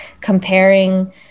Comparing